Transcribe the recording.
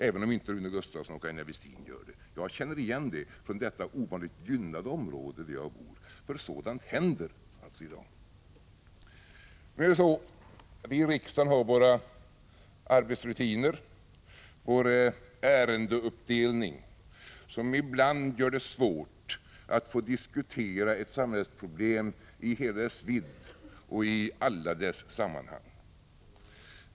Även om inte Rune Gustavsson och Aina Westin gör det, så känner jag igen det från det ovanligt gynnade område där jag bor. Sådant händer alltså i dag. Nu är det så att vi i riksdagen har våra arbetsrutiner och vår ärendeuppdelning, som ibland gör det svårt att få diskutera ett samhällsproblem i hela dess vidd och i alla dess sammanhang.